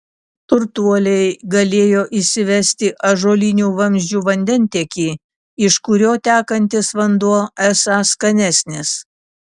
turtuoliai galėjo įsivesti ąžuolinių vamzdžių vandentiekį iš kurio tekantis vanduo esąs skanesnis